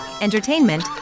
entertainment